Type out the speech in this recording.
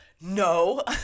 No